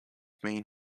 main